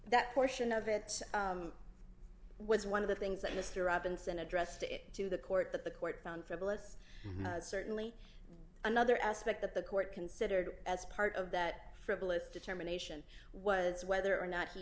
that portion of it was one of the things that mr robinson addressed it to the court that the court found frivolous certainly another aspect that the court considered as part of that frivolous determination was whether or not he